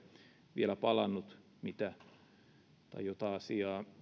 vielä palannut jota asiaa